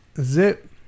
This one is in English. Zip